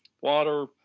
water